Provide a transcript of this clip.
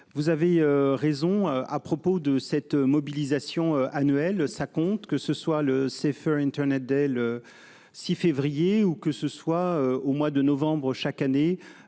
Vous avez raison à propos de cette mobilisation annuelle ça compte, que ce soit le Safer Internet dès le 6 février ou que ce soit au mois de novembre, chaque année.